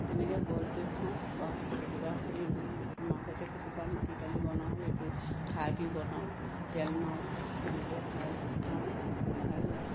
তেনেকৈ বইল কৰি খাওঁ বা তে কেতিয়াবা সেই মাজতে কেতিয়াবা মাটিদালি বনাওঁ সেইটো খাৰ দি বনাওঁ তেল মাৰোঁ তেনেকৈ খাই খাওঁ আৰু